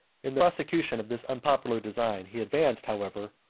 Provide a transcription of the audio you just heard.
in the prosecution of this unpopular design, he advanced, however,